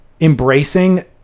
embracing